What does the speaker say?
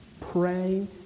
pray